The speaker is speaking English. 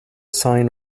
sign